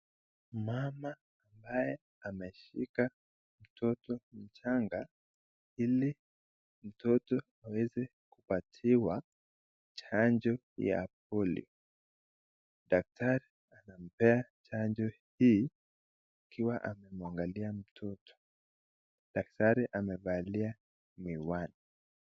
Mama ambaye ameshika mtoto mchanga ili mtoto aweze kupatiwa chanjo ya Polio, daktari amempea chanjo hii ikiwa amemwangalia mtoto daktari amevalia miwani.